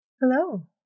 Hello